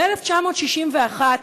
ב-1961,